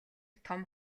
том